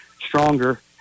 stronger